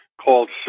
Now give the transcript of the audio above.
called